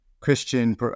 Christian